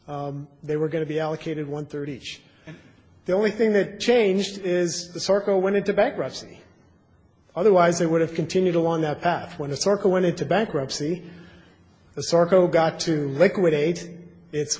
s they were going to be allocated one thirty the only thing they changed is the circle went into bankruptcy otherwise they would have continued along that path when a circle went into bankruptcy asarco got to liquidate it